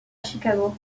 chicago